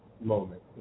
moment